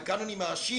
וכאן אני מאשים,